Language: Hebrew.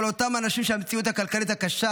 כל אותם אנשים שהמציאות הכלכלית הקשה